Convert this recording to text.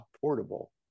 portable